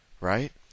right